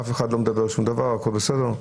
אף אחד לא מדבר שום דבר, הכול בסדר?